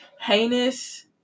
Heinous